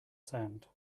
sand